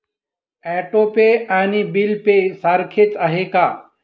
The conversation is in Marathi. ऑटो पे आणि बिल पे सारखेच आहे का?